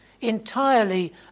entirely